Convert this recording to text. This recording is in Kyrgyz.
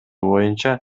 боюнча